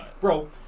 Bro